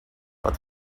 but